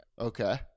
Okay